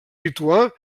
lituà